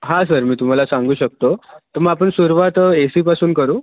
हां सर मी तुम्हाला सांगू शकतो तर मग आपण सुरुवात ए सीपासून करू